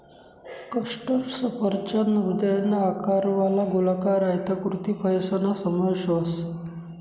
custard सफरचंद हृदयना आकारवाला, गोलाकार, आयताकृती फयसना समावेश व्हस